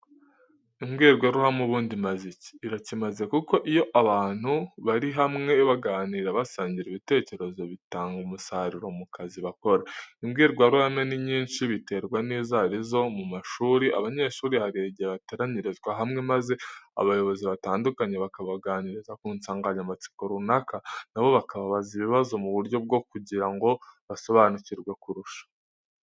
Imbwirwaruhame ubundi imaze iki? Irakimaze kuko iyo abantu bari hamwe baganira basangira ibitekerezo bitanga umusaruro mu kazi bakora. Imbwirwaruhame ni nyinshi biterwa n'izo ari zo no mu mashuri, abanyeshuri hari igihe bateranyirizwa hamwe maze abayobozi batandukanye bakabaganiriza ku nsanganyamatsiko runaka na bo bakabaza ibibazo mu buryo bwo kugira ngo basobanukirwe kurusha.